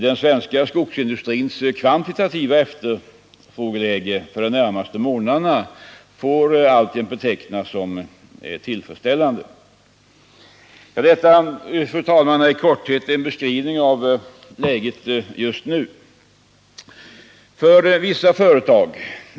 Den svenska skogsindustrins kvantitativa efterfrågeläge för de närmaste månaderna får alltjämt betecknas som tillfredsställande. Detta, fru talman, är i korthet en beskrivning av läget just nu. För vissa företag.